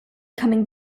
coming